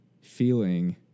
feeling